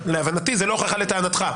להבנתי זאת לא הוכחה לטענתך.